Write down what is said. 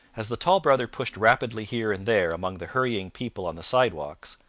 as the tall brother pushed rapidly here and there among the hurrying people on the sidewalks,